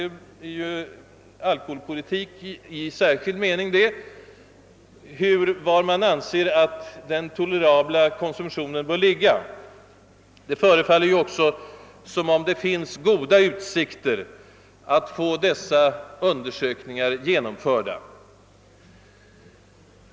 Ställningstagandet i frågan på vilken nivå den tolerabla alkoholkonsumtionen bör ligga är ju alkoholpolitik i särskild mening. Det förefaller nu också som om det fanns goda utsikter att få dessa undersökningar genomförda.